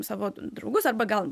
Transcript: savo draugus arba gal